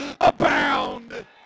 abound